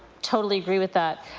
totally agree with that.